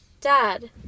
dad